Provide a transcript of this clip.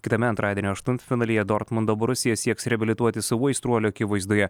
kitame antradienio aštuntfinalyje dortmundo borusija sieks reabilituotis savo aistruolių akivaizdoje